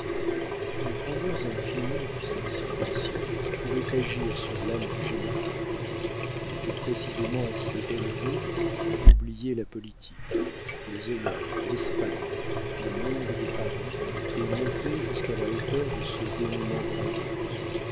les grandeurs infinies de cette situation pouvaient agir sur l'âme du général il était précisément assez élevé pour oublier la politique les honneurs l'espagne le monde de paris et monter jusqu'à la hauteur de ce dénoûment grandiose